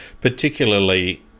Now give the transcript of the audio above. particularly